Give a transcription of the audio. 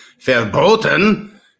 verboten